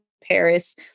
Paris